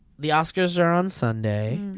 the oscars are on sunday.